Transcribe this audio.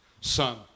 Son